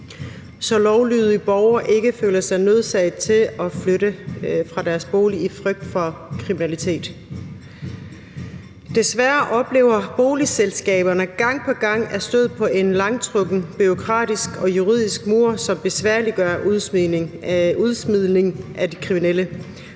så lovlydige borgere ikke føler sig nødsaget til at flytte fra deres bolig af frygt for kriminalitet. Desværre oplever boligselskaberne gang på gang at støde på en langtrukken bureaukratisk og juridisk proces, som besværliggør udsmidning af de kriminelle.